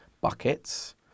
buckets